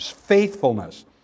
faithfulness